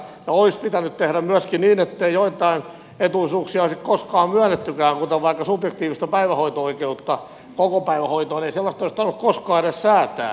olisi pitänyt tehdä myöskin niin ettei joitain etuisuuksia olisi koskaan myönnettykään kuten vaikka subjektiivista oikeutta kokopäivähoitoon ei sellaista olisi tarvinnut koskaan edes säätää